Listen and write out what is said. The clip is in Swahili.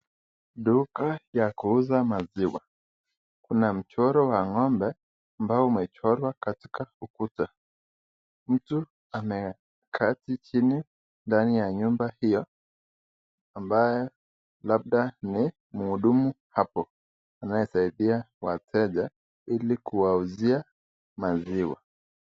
Duka la kuuza maziwa. Kuna mchoro wa ng'ombe ambao umechora katika ukuta. Mtu ameketi chini ndani ya nyumba hiyo, ambaye labda ni mhudumu hapo. Anasaidia wateja ili kuwauzia maziwa.